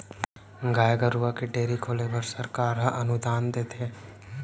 गाय गरूवा के डेयरी खोले बर सरकार ह अनुदान देथे